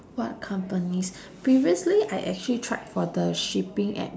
what companies previously I actually tried for the shipping a~